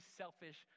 selfish